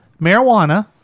Marijuana